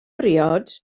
briod